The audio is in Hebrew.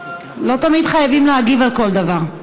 לא תמיד חייבים להגיב על כל דבר.